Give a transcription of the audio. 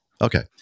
Okay